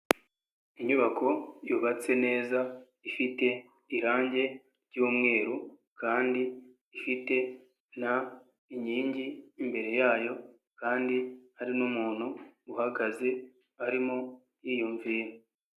Inyubako yubatse neza ifite irange ry'umweru kandi ifite n'inkingi imbere yayo kandi hari n'umuntu uhagaze arimo yiyumvira.